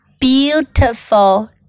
beautiful